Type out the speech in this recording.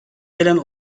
gelen